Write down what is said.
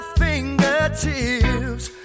fingertips